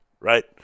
right